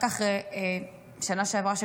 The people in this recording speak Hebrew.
רק אחרי שנה שעברה,